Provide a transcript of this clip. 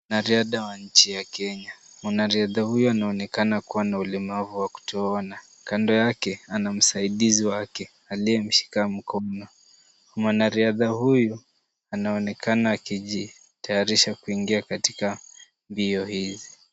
Mwanariadha wa nchi ya Kenya, mwanariadha huyu anaonekana kuwa na ulemavu wa kutoona. Kando yake ana msaidizi wake aliyemshika mkono. Mwanariadha huyu anaonekana akijitayarisha kuingia katika mbio hizi.